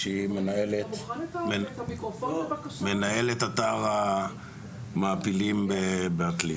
שהיא מנהלת אתר המעפילים בעתלית.